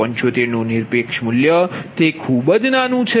0075 નુ નિરપેક્ષ મૂલ્ય તે ખૂબ જ નાનુ છે